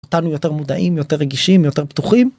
אותנו יותר מודעים יותר רגישים יותר פתוחים.